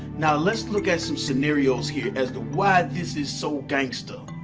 now let's look at some scenarios here as to why this is so gangsta.